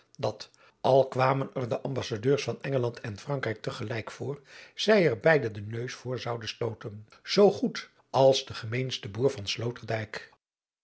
dat al kwamen er de ambassadeurs van engeland en frankrijk te gelijk voor zij er beide den neus voor zouden stooten zoo goed als de gemeenste boer van